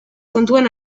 kontuan